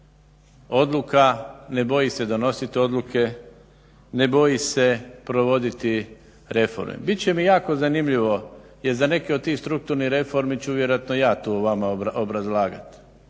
odluka, ne boji se donositi odluke, ne boji se provoditi reforme. Bit će mi jako zanimljivo jest da neke od strukturnih reformi ću vjerojatno ja tu vama obrazlagati